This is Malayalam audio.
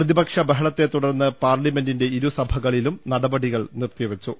പ്രതിപക്ഷ ബഹളത്തെ തുടർന്ന് പാർലമെന്റിന്റെ ഇരുസഭക ളിലുംനടപടികൾ നിർത്തിവെച്ചു